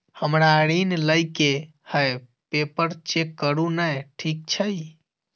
हमरा ऋण लई केँ हय पेपर चेक करू नै ठीक छई?